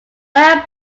marion